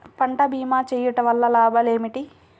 పంట భీమా చేయుటవల్ల లాభాలు ఏమిటి?